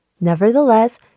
Nevertheless